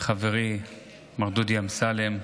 חברי מר דודי אמסלם,